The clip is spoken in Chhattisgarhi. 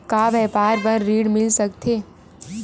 का व्यापार बर ऋण मिल सकथे?